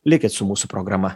likit su mūsų programa